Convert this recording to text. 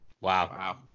Wow